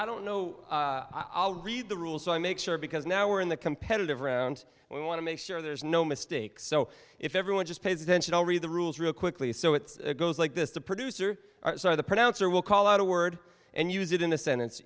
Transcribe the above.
i don't know i'll read the rules so i make sure because now we're in the competitive round i want to make sure there's no mistakes so if everyone just pays attention i'll read the rules real quickly so it's goes like this the producer of the pronouncer will call out a word and use it in a sentence